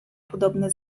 podobne